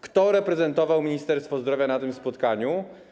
Kto reprezentował Ministerstwo Zdrowia na tym spotkaniu?